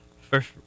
first